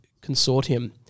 consortium